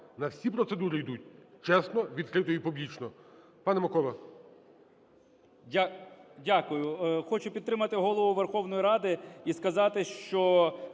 нас всі процедури йдуть чесно, відкрито і публічно.